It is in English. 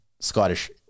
scottish